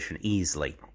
easily